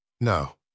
No